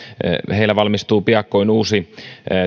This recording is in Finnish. heillä valmistuu piakkoin uusi